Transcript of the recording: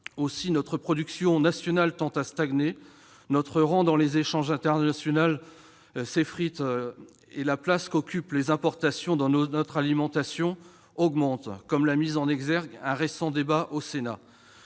Notre production nationale tend à stagner, notre rang dans les échanges internationaux se détériore et la place qu'occupent les importations dans notre alimentation augmente, comme l'a mis en exergue un récent débat au Sénat.